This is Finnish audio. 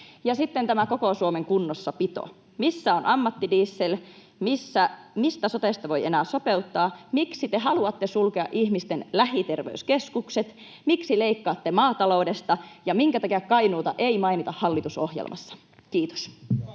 Sitten tämä koko Suomen kunnossapito: Missä on ammattidiesel? Mistä sotessa voi enää sopeuttaa? Miksi te haluatte sulkea ihmisten lähiterveyskeskukset? Miksi leikkaatte maataloudesta? Ja minkä takia Kainuuta ei mainita hallitusohjelmassa? — Kiitos.